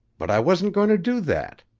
but i wasn't going to do that.